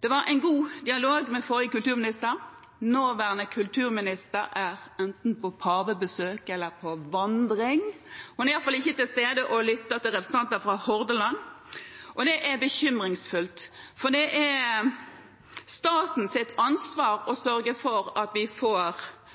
Det var en god dialog med den forrige kulturministeren. Nåværende kulturminister er enten på pavebesøk eller på vandring – hun er i alle fall ikke til stede og lytter til representanter fra Hordaland. Det er bekymringsfullt, for det er statens ansvar å